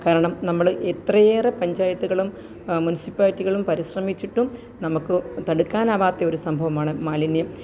കാരണം നമ്മൾ എത്രയേറെ പഞ്ചായത്തുകളും മുന്സിപ്പാലിറ്റികളും പരിശ്രമിച്ചിട്ടും നമുക്ക് തടുക്കാനാവാത്ത ഒരു സംഭവമാണ് മാലിന്യം